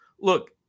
look